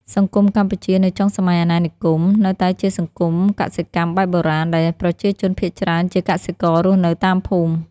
សង្គមកម្ពុជានៅចុងសម័យអាណានិគមនៅតែជាសង្គមកសិកម្មបែបបុរាណ ដែលប្រជាជនភាគច្រើនជាកសិកររស់នៅតាមភូមិ។